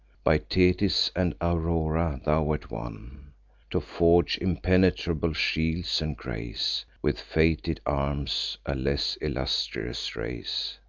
by thetis and aurora thou wert won to forge impenetrable shields, and grace with fated arms a less illustrious race.